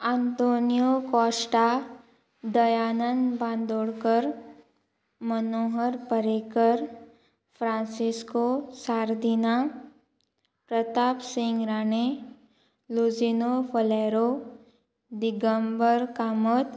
Antonio Costa Dayanand Bandodkar Manohar Parrikar Francisco Sardinha Pratap Singh Rane Luizinho Faleiro Digambar Kamat